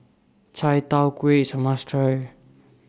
Chai Tow Kway IS A must Try